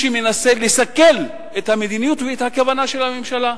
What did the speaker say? שמנסה לסכל את המדיניות ואת הכוונה של הממשלה?